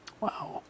Wow